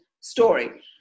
story